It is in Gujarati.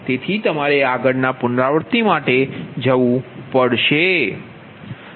તેથી તમારે આગળના પુનરાવૃત્તિ માટે જવું પડશે